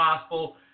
possible